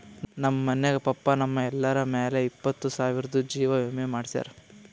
ನಮ್ ಮನ್ಯಾಗ ಪಪ್ಪಾ ನಮ್ ಎಲ್ಲರ ಮ್ಯಾಲ ಇಪ್ಪತ್ತು ಸಾವಿರ್ದು ಜೀವಾ ವಿಮೆ ಮಾಡ್ಸ್ಯಾರ